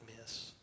miss